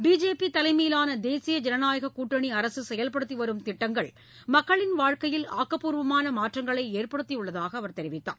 BJP தலைமையிலான தேசிய ஜனநாயக கூட்டணி அரசு செயல்படுத்தி வரும் திட்டங்கள் மக்களின் வாழ்க்கையில் ஆக்கப்பூர்வமான மாற்றங்களை ஏற்படுத்தியுள்ளதாக அவர் தெரிவித்தார்